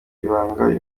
ibanga